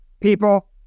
people